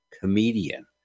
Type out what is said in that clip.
comedian